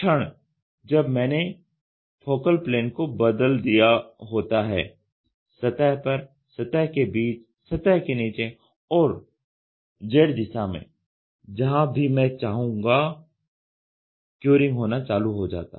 तो उस क्षण जब मैंने फोकल प्लेन को बदल दिया होता है सतह पर सतह के बीच में सतह के नीचे और z दिशा में जहाँ भी मैं चाहता हूं क्युरिंग होना चालू हो जाता है